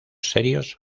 serios